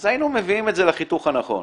אז היינו מביאים את זה לחיתוך הנכון.